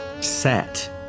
set